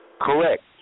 Correct